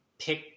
pick